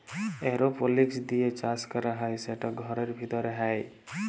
এরওপলিক্স দিঁয়ে চাষ ক্যরা হ্যয় সেট ঘরের ভিতরে হ্যয়